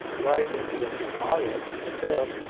riding his car, he has a chauffeur,